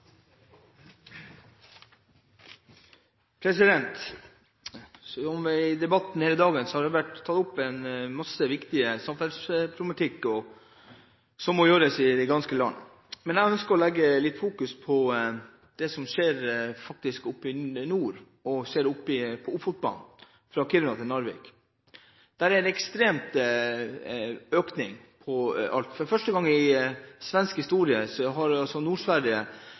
tatt opp mye viktig samferdselsproblematikk som det må gjøres noe med i det ganske land. Jeg ønsker å fokusere litt på det som skjer oppe i nord, med Ofotbanen, fra Kiruna til Narvik. Der er det en ekstrem økning av alt. For første gang i svensk historie har